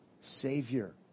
Savior